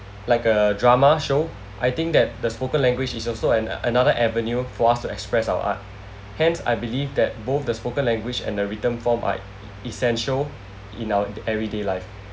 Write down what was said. like uh drama show I think that the spoken language is also an~ another avenue for us to express our art hence I believe that both the spoken language and the written form are essential in our everyday life